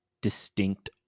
distinct